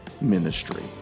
ministry